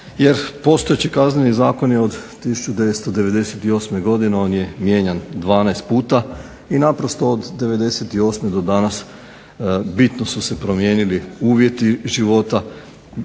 jer postojeći Kazneni zakon je od 1998. godine. On je mijenjan 12 puta i naprosto od '98. do danas bitno su se promijenili uvjeti života,